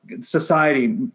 society